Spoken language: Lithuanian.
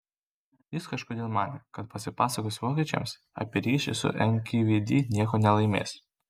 jis kažkodėl manė kad pasipasakojęs vokiečiams apie ryšį su nkvd nieko nelaimės